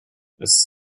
ist